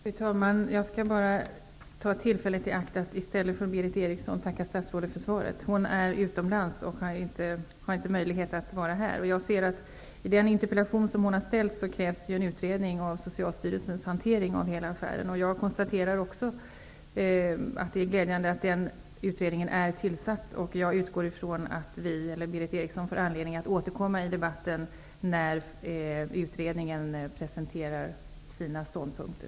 Fru talman! Jag skall bara ta tillfället i akt att i stället för Berith Eriksson tacka statsrådet för svaret. Hon är utomlands och har inte möjlighet att vara här. Jag ser att det i den interpellation som hon har ställt krävs en utredning av Socialstyrelsens hantering av hela affären. Jag konstaterar med glädje att den utredningen är tillsatt. Jag utgår från att Berith Eriksson får anledning att återkomma i debatten när utredningen presenterar sina ståndpunkter.